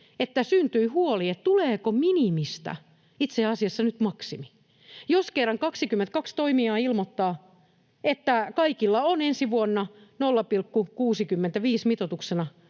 että syntyi huoli, tuleeko minimistä itse asiassa nyt maksimi. Jos kerran 22 toimijaa ilmoittaa, että kaikilla on ensi vuonna 0,65 mitoituksena,